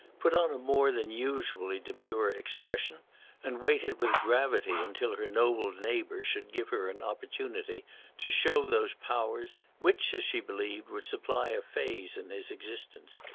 put on a more than usually demure expression and waited with gravity until her noble neighbour should give her an opportunity to show those powers which, as she believed, would supply a phase in his existence.